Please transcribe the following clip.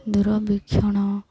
ଦୂରବୀକ୍ଷଣ